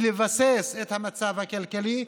לבסס את המצב הכלכלי,